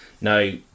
Now